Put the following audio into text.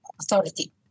Authority